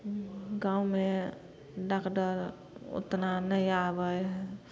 गाँवमे डागदर उतना नहि आबै हइ